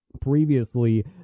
previously